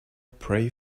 pray